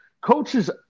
Coaches